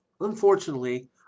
unfortunately